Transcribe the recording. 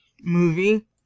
movie